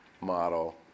model